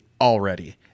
already